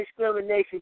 discrimination